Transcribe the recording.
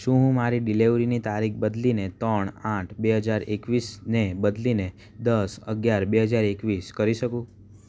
શું હું મારી ડિલેવરીની તારીખ બદલીને ત્રણ આઠ બે હજાર એકવીસને બદલીને દસ અગિયાર બે હજાર એકવીસ કરી શકું